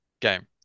game